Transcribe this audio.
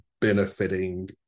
benefiting